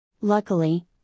Luckily